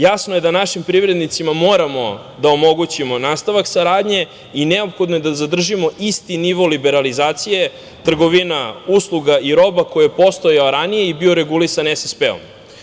Jasno je da našim privrednicima moramo da omogućimo nastavak saradnje i neophodno je da zadržimo isti nivo liberalizacije trgovina usluga i roba koji je postojao ranije i bio je regulisan SSP-om.